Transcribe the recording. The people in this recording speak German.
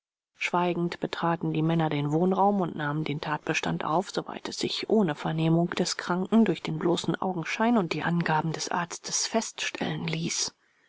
schweigend betraten die männer den wohnraum und nahmen den tatbestand auf soweit es sich ohne vernehmung des kranken durch den bloßen augenschein und die angaben des arztes feststellen ließ